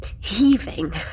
heaving